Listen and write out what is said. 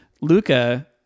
Luca